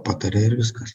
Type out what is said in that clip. pataria ir viskas